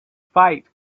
fight